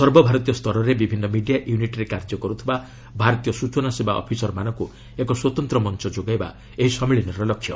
ସର୍ବଭାରତୀୟ ସ୍ତରରେ ବିଭିନ୍ନ ମିଡିଆ ୟୁନିଟ୍ରେ କାର୍ଯ୍ୟ କରୁଥିବା ଭାରତୀୟ ସୂଚନା ସେବା ଅଫିସରମାନଙ୍କୁ ଏକ ସ୍ୱତନ୍ତ୍ର ମଞ୍ଚ ଯୋଗାଇବା ଏହି ସମ୍ମିଳନୀର ଲକ୍ଷ୍ୟ